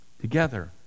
Together